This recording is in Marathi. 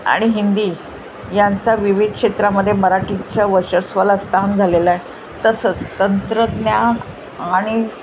आणि हिंदी यांचा विविध क्षेत्रामध्ये मराठीच्या वर्चस्वाला स्थान झालेलं आहे तसंच तंत्रज्ञान आणि